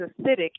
acidic